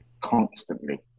constantly